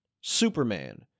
Superman